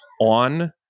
on